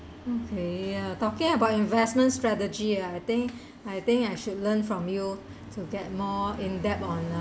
okay uh talking about investment strategy ah I think I think I should learn from you to get more in depth on uh